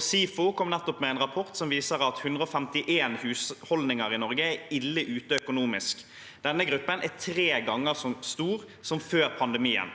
SIFO kom nettopp med en rapport som viser at 151 000 husholdninger i Norge er ille ute økonomisk. Denne gruppen er tre ganger så stor som før pandemien.